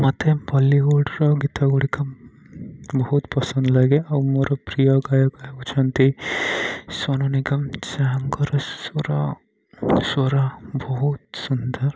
ମୋତେ ବଲିଉଡ଼ର ଗୀତ ଗୁଡ଼ିକ ବହୁତ ପସନ୍ଦ ଲାଗେ ଆଉ ମୋର ପ୍ରିୟ ଗାୟକ ହେଉଛନ୍ତି ସୋନୁ ନିଗମ ଯାହାଙ୍କର ସ୍ୱର ସ୍ୱର ବହୁତ ସୁନ୍ଦର